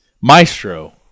Maestro